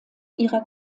ihrer